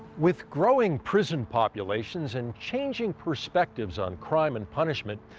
with growing prison populations and changing perspectives on crime and punishment,